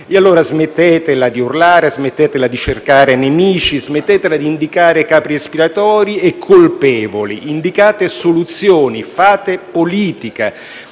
E allora smettetela di urlare, smettetela di cercare nemici, smettetela di indicare capri espiatori e colpevoli: indicate soluzioni, fate politica.